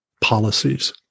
policies